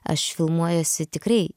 aš filmuojuosi tikrai